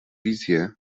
wizje